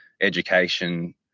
education